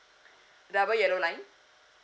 double yellow line